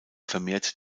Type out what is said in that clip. vermehrt